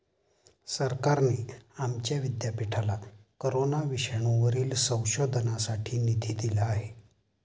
सरकारने आमच्या विद्यापीठाला कोरोना विषाणूवरील संशोधनासाठी निधी दिला आहे